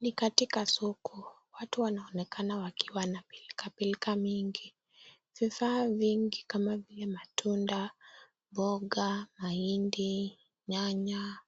Ni katika soko watu wanaonekana wakiwa katika pilka mingi mingi. Vifaa vingi kama vile matunda mboga, mahindi , nyanya ,